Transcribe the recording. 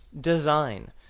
design